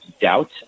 doubt